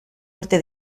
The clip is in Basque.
urte